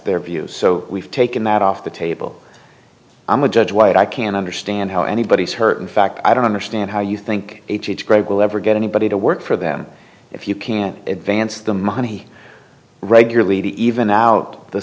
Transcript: their view so we've taken that off the table i'm a judge white i can understand how anybody is hurt in fact i don't understand how you think we'll ever get anybody to work for them if you can't advance the money regularly to even out the